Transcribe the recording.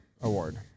award